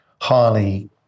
highly